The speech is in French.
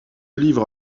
livre